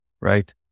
right